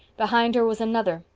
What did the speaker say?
behind her was another,